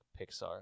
Pixar